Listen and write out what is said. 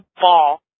ball